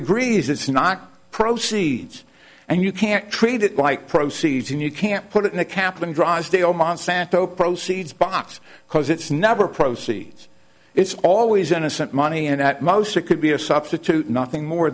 agrees it's not proceeds and you can't treat it like proceeds and you can't put it in a cap and drysdale monsanto proceeds box cause it's never proceeds it's always innocent money and at most it could be a substitute nothing more